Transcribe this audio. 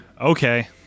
Okay